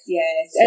yes